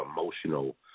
emotional